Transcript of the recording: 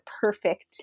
perfect